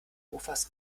mofas